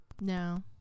No